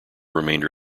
remainder